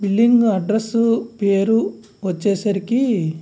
billing address పేరు వచ్చేసరికి